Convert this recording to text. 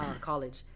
college